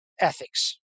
ethics